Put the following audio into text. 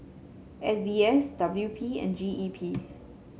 S B S W P and G E P